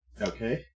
okay